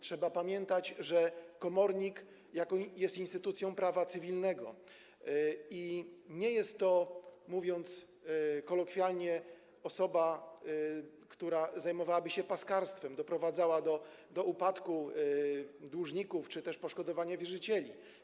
Trzeba pamiętać, że komornik jest instytucją prawa cywilnego i nie jest to, mówiąc kolokwialnie osoba, która zajmowałaby się paskarstwem, doprowadzała do upadku dłużników czy też poszkodowania wierzycieli.